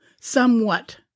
somewhat